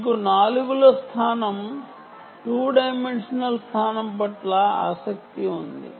మీకు నోడ్ 4 యొక్క 2 డైమెన్షనల్ స్థానం పట్ల ఆసక్తి కలిగి ఉన్నారు